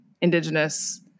indigenous